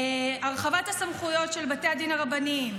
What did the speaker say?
הרחבת הסמכויות של בתי הדין הרבניים,